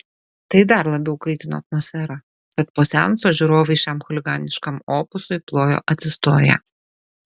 tai dar labiau kaitino atmosferą tad po seanso žiūrovai šiam chuliganiškam opusui plojo atsistoję